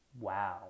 Wow